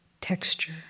texture